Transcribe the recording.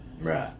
Right